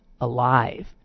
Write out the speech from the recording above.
alive